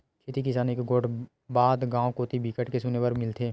खेती किसानी के गोठ बात गाँव कोती बिकट के सुने बर मिलथे